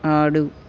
ఆడు